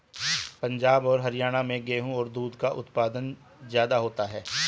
पंजाब और हरयाणा में गेहू और दूध का उत्पादन ज्यादा होता है